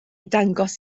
dangos